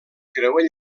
creuer